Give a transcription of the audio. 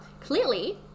clearly